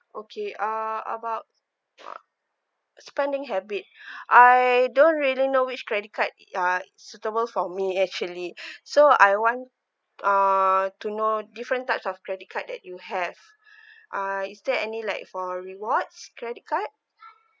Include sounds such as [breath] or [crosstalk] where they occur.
okay uh about uh spending habit [breath] I don't really know which credit card uh suitable for me actually [breath] so I want uh to know different types of credit card that you have [breath] uh is there any like for rewards credit card